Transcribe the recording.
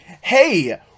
Hey